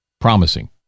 Promising